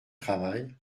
travail